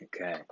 okay